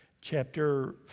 Chapter